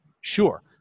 Sure